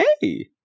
hey